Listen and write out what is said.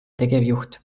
tegevjuht